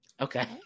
Okay